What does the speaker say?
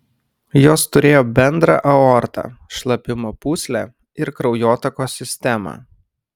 jos turėjo bendrą aortą šlapimo pūslę ir kraujotakos sistemą